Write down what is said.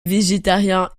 végétarien